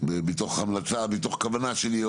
מתוך המלצה, מתוך כוונה שלי.